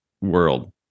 world